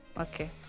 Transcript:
okay